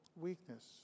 weakness